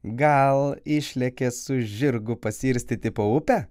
gal išlėkė su žirgu pasiirstyti po upę